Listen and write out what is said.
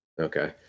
Okay